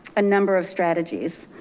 a number of strategies.